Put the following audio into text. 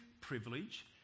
privilege